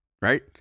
right